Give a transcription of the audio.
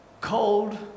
Cold